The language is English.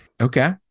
Okay